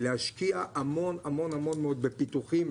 להשקיע המון המון בפיתוחים,